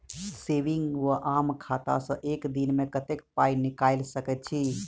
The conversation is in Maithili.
सेविंग वा आम खाता सँ एक दिनमे कतेक पानि निकाइल सकैत छी?